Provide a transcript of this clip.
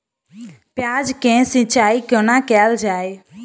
प्याज केँ सिचाई कोना कैल जाए?